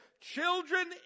Children